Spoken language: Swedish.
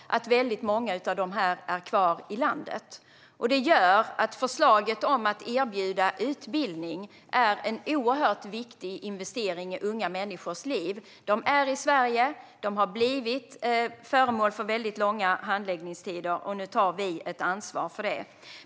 Väldigt många av de här personerna är kvar i landet. Det gör att förslaget om att erbjuda utbildning är en oerhört viktig investering i unga människors liv. De är i Sverige och har blivit föremål för väldigt långa handläggningstider. Nu tar vi ansvar för det.